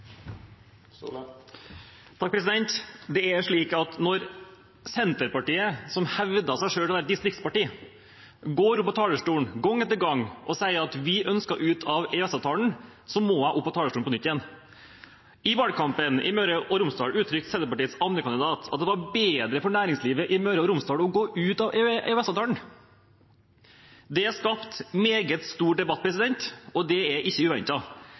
Det er slik at når Senterpartiet, som selv hevder at de er et distriktsparti, går opp på talerstolen gang etter gang og sier at de ønsker seg ut av EØS-avtalen, må jeg opp på talerstolen på nytt igjen. I valgkampen i Møre og Romsdal uttrykte Senterpartiets andrekandidat at det var bedre for næringslivet i Møre og Romsdal å gå ut av EØS-avtalen. Det har skapt meget stor debatt, og det er ikke